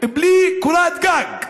בלי קורת גג.